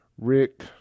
Rick